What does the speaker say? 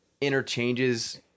interchanges